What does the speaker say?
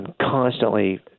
constantly